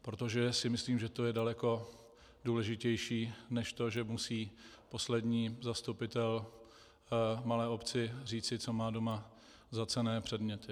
Protože si myslím, že to je daleko důležitější než to, že musí poslední zastupitel v malé obci říci, co má doma za cenné předměty.